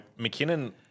McKinnon